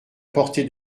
portée